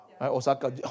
Osaka